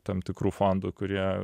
tam tikrų fondų kurie